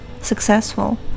successful